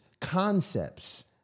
concepts